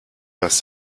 dass